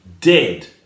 dead